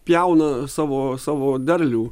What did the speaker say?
pjauna savo savo derlių